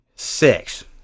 Six